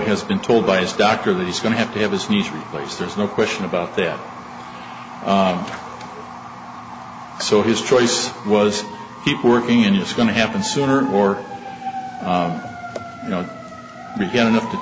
has been told by his doctor that he's going to have to have his knees replaced there's no question about that so his choice was keep working and it's going to happen sooner or you know we get enough t